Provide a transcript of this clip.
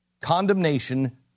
condemnation